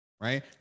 right